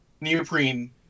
neoprene